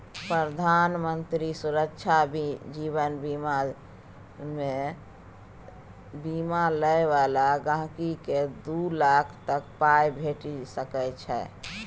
प्रधानमंत्री सुरक्षा जीबन बीमामे बीमा लय बला गांहिकीकेँ दु लाख तक पाइ भेटि सकै छै